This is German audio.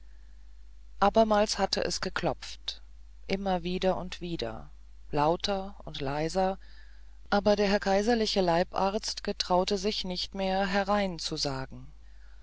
abermals hatte es geklopft immer wieder und wieder lauter und leiser aber der herr kaiserliche leibarzt getraute sich nicht mehr herein zu sagen